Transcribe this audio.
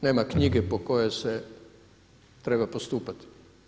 Nama knjige po kojoj se treba postupati.